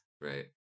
Right